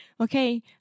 okay